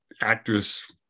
actress